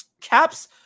Caps